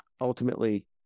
ultimately